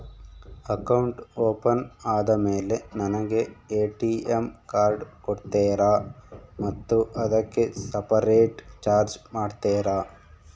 Account open ಆದಮೇಲೆ ನನಗೆ ATM card ಕೊಡ್ತೇರಾ ಮತ್ತು ಅದಕ್ಕೆ ಸಪರೇಟ್ ಚಾರ್ಜ್ ಮಾಡ್ತೇರಾ?